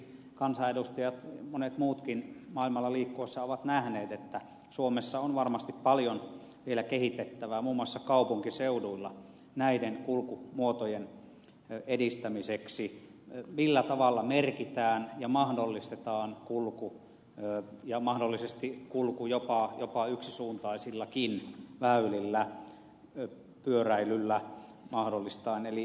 tietysti kansanedustajat monet muutkin maailmalla liikkuessaan ovat nähneet että suomessa on varmasti paljon vielä kehitettävää muun muassa kaupunkiseuduilla näiden kulkumuotojen edistämiseksi millä tavalla merkitään ja mahdollistetaan kulku ja mahdollisesti kulku jopa yksisuuntaisillakin väylillä pyöräillen